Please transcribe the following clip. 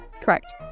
Correct